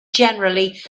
generally